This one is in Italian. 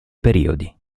periodi